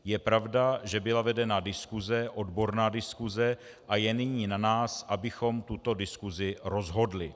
Je pravda, že byla vedena diskuse, odborná diskuse, a je nyní na nás, abychom tuto diskusi rozhodli.